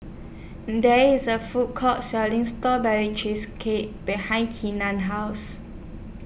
There IS A Food Court Selling Strawberry Cheesecake behind Kenan's House